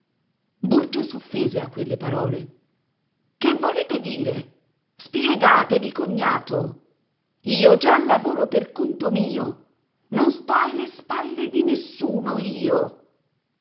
burgio s'offese a quelle parole che volete dire spiegatevi cognato io già lavoro per conto mio non sto alle spalle di nessuno io